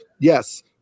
Yes